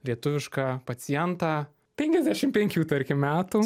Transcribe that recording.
lietuvišką pacientą penkiasdešim penkių tarkim metų